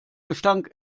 gestank